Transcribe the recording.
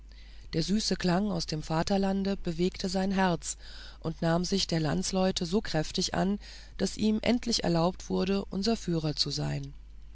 der süße klang aus dem vaterlande bewegte sein herz und er nahm sich der landsleute so kräftig an daß ihm endlich erlaubt wurde unser führer zu sein